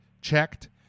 checked